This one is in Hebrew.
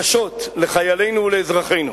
קשות לחיילינו ולאזרחינו.